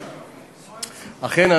אכן,